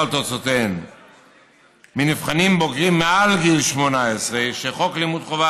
על תוצאותיהן מנבחנים בוגרים מעל גיל 18 שחוק לימוד חובה,